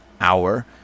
hour